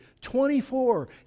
Twenty-four